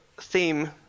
theme